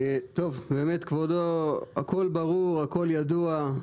טוב, באמת כבודו הכל ברור, הכל ידוע,